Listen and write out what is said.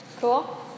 Cool